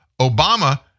Obama